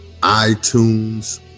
iTunes